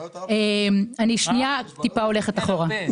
אני הולכת מעט אחורה.